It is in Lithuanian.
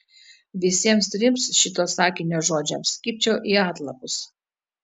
visiems trims šito sakinio žodžiams kibčiau į atlapus